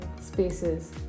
spaces